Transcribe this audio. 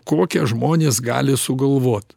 kokią žmonės gali sugalvot